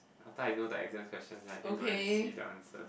after I know the exam questions then I can go and see the answer